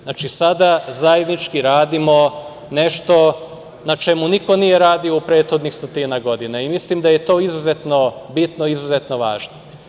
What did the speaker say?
Znači, sada zajednički radimo nešto na čemu niko nije radio u prethodnih stotinak godina i mislim da je to izuzetno bitno i izuzetno važno.